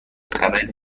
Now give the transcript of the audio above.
خبری